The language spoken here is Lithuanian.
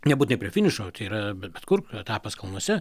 nebūtinai prie finišo tai yra bet bet kur etapas kalnuose